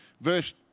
verse